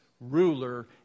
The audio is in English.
ruler